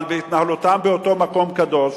אבל בהתנהלותם באותו מקום קדוש,